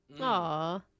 Aw